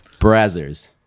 Brazzers